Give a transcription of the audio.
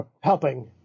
helping